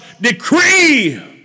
decree